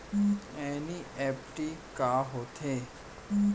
NEFT का होथे?